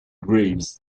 graves